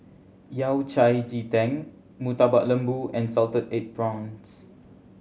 Yao Cai ji tang Murtabak Lembu and salted egg prawns